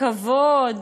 כבוד,